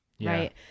Right